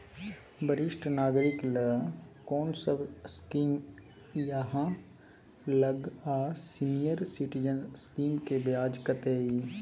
वरिष्ठ नागरिक ल कोन सब स्कीम इ आहाँ लग आ सीनियर सिटीजन स्कीम के ब्याज कत्ते इ?